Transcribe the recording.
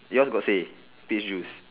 yours got say peach juice